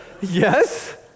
Yes